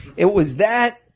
it was that